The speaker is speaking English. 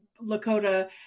Lakota